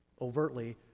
overtly